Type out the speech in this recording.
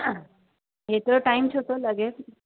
एतिरो टाइम छो थो लॻे